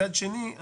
מצד שני,